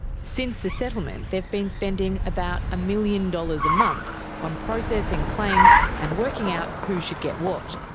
since the settlement they've been spending about a million dollars a month on processing claims and working out who should get what.